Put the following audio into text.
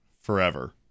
forever